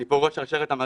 אני פה ראש שרשרת המזון.